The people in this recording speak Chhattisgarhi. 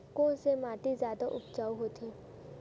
कोन से माटी जादा उपजाऊ होथे?